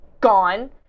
gone